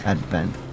Advent